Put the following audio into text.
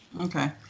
okay